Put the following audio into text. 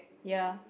yeah